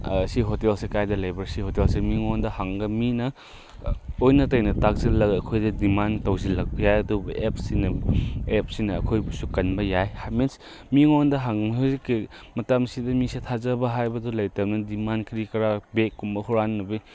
ꯁꯤ ꯍꯣꯇꯦꯜꯁꯦ ꯀꯥꯏꯗ ꯂꯩꯕ꯭ꯔ ꯁꯤ ꯍꯣꯇꯦꯜꯁꯦ ꯃꯤꯉꯣꯟꯗ ꯍꯪꯂꯒ ꯃꯤꯅ ꯑꯣꯟꯅ ꯇꯩꯅꯅ ꯇꯥꯛꯁꯤꯜꯂꯒ ꯑꯩꯈꯣꯏꯗ ꯗꯤꯃꯥꯟ ꯇꯧꯁꯤꯜꯂꯛꯄ ꯌꯥꯏ ꯑꯗꯨꯕꯨ ꯑꯦꯞꯁꯁꯤꯅ ꯑꯦꯞꯁꯁꯤꯅ ꯑꯩꯈꯣꯏꯕꯨꯁꯨ ꯀꯟꯕ ꯌꯥꯏ ꯃꯤꯟꯁ ꯃꯤꯉꯣꯟꯗ ꯍꯧꯖꯤꯛꯀꯤ ꯃꯇꯝꯁꯤꯗ ꯃꯤꯁꯦ ꯊꯥꯖꯕ ꯍꯥꯏꯕꯗꯨ ꯂꯩꯇꯕꯅꯤꯅ ꯗꯤꯃꯥꯟ ꯀꯔꯤ ꯀꯔꯥ ꯕꯦꯒ ꯀꯨꯝꯕ ꯍꯨꯔꯥꯟꯅꯕꯒꯤ